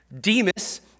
Demas